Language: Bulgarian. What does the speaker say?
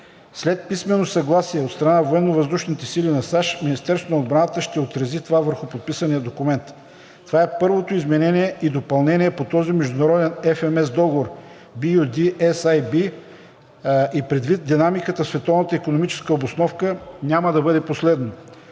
След писмено съгласие от страна на ВВС на САЩ Министерството на отбраната ще отрази това върху подписания документ. Това е първото изменение и допълнение по този международен FMS договор BU-D-SAB и предвид динамиката в световната икономическа обстановка няма да бъде последно.